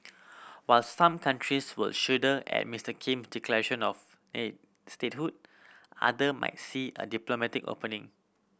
while some countries will shudder at Mister Kim to declaration of statehood other might see a diplomatic opening